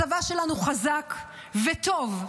הצבא שלנו חזק וטוב,